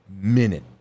minute